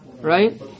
Right